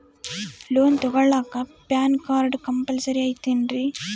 Loan ತೊಗೊಳ್ಳಾಕ PAN card compulsory ಐಯ್ತೇನ್ರಿ?